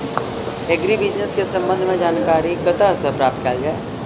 Agri business केँ संबंध मे जानकारी कतह सऽ प्राप्त कैल जाए?